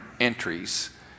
entries